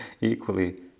equally